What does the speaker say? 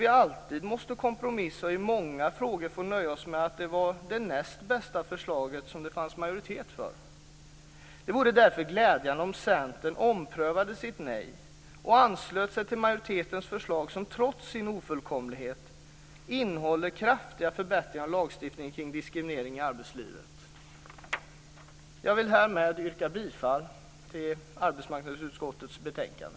Vi måste alltid kompromissa och får i många frågor nöja oss med att det var det näst bästa förslaget som det fanns majoritet för. Det vore därför glädjande om Centern omprövade sitt nej och anslöt sig till majoritetens förslag, som trots sin ofullkomlighet innehåller kraftiga förbättringar av lagstiftningen kring diskriminering i arbetslivet. Jag vill härmed yrka bifall till hemställan i arbetsmarknadsutskottets betänkande.